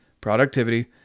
productivity